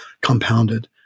compounded